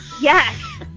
yes